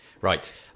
Right